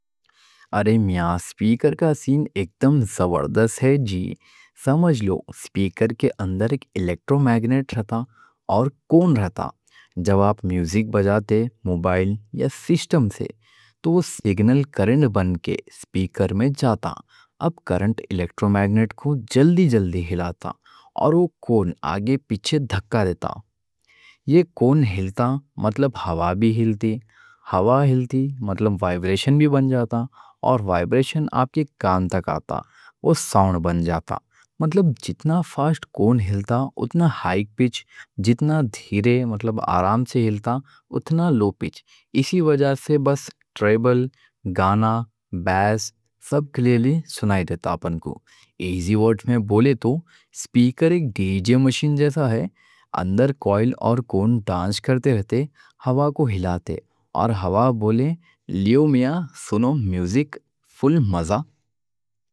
ارے میاں، سپیکر کا سین ایکدم زبردست ہے جی۔ سمجھ لو سپیکر کے اندر ایک الیکٹرو میگنیٹ رہتا اور کون رہتا۔ جب آپ میوزک بجاتے موبائل یا سسٹم سے تو وہ سگنل کرنٹ بن کے سپیکر میں جاتا۔ اب کرنٹ الیکٹرو میگنیٹ کو جلدی جلدی ہلاتا اور وہ کون آگے پیچھے دھکا دیتا۔ یہ کون ہلتا، مطلب ہوا بھی ہلتی۔ ہوا ہلتی، مطلب وائبریشن بھی بن جاتا اور وائبریشن آپ کے کان تک آتا، وہ ساؤنڈ بن جاتا۔ مطلب جتنا فاسٹ کون ہلتا اتنا ہائی پچ، جتنا دھیرے مطلب آرام سے ہلتا اتنا لو پچ۔ اسی وجہ سے باس، ٹریبل، گانا، بیس سب کلئیرلی سنائی دیتا آپ کوں۔ ایزی ورڈ میں بولے تو سپیکر ایک ڈی جے مشین جیسا ہے، اندر کوائل اور کون ڈانس کرتے رہتے، ہوا کو ہلاتے۔ ہوا بولے لیو میاں سنو میوزک فل مزہ۔